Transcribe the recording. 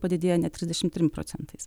padidėja net trisdešimt trim procentais